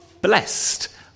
Blessed